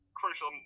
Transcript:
crucial